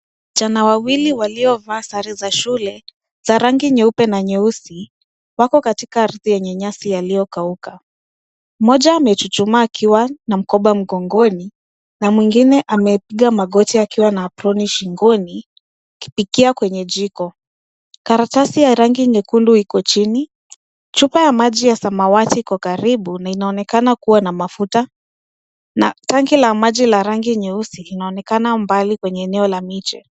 Vijana wawili waliovaa sare za shule za rangi nyeupe na nyeusi wako katika ardhi yenye nyasi yaliyokauka. Mmoja amechuchuma akiwa na mkoba mgongoni na mwingine amepiga magoti akiwa na aproni shingoni akipikia kwenye jiko. Karatasi ya rangi nyekundu iko chini. Chupa ya maji ya samawati iko karibu na inaonekana kuwa na mafuta na tangi la maji la rangi nyeusi linaonekana mbali kwenye eneo la miche.